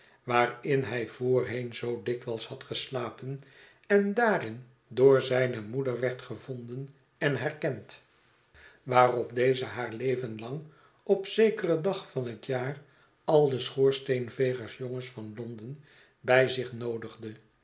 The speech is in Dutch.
waarin hij voorheen zoo dikwyls had geslapen en daarin door zijne moeder werd gevonden en herkend waarschetsen van boz op deze haar leven lang op zekeren dag van het jaar al de schoorsteenvegersjongens van londen bij zich noodigde